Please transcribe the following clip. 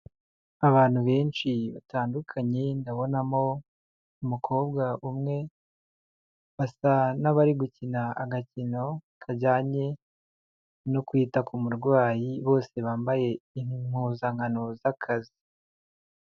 Abantu benshi batandukanye ndabonamo umukobwa umwe, basa n'abari gukina agakino kajyanye no kwita ku murwayi bose bambaye impuzankano z'akazi.